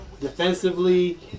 defensively